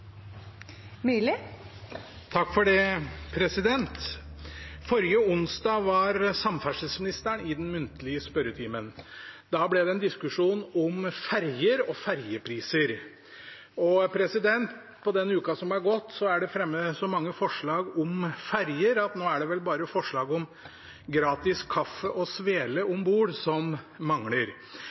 Forrige onsdag var samferdselsministeren i den muntlige spørretimen. Da ble det en diskusjon om ferjer og ferjepriser. I uka som er gått, er det fremmet så mange forslag om ferjer at nå er det vel bare forslag om gratis kaffe og svele om bord som mangler.